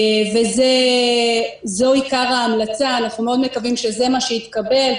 זה עיקר ההמלצה ואנחנו מאוד מקווים שזה מה שיתקבל.